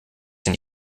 sind